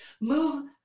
move